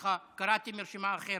קראתי מרשימה אחרת.